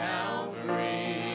Calvary